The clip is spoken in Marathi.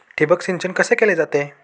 ठिबक सिंचन कसे केले जाते?